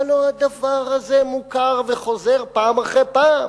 הלוא הדבר הזה מוכר וחוזר פעם אחרי פעם.